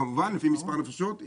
כמובן, לפי מספר נפשות.